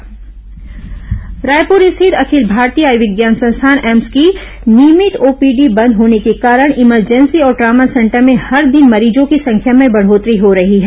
AIIMS COVID केन्द्र रायपुर स्थित Akhil Bharatiya Ayurvigyan Sansthan AIIMS की नियमित ओपीडी बंद होने के कारण इमरजेंसी और टामा सेंटर में हर दिन मरीजों की संख्या में बढोतरी हो रही है